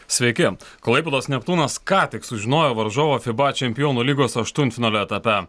sveiki klaipėdos neptūnas ką tik sužinojo varžovą fiba čempionų lygos aštuntfinalio etape